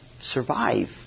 survive